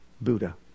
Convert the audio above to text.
Buddha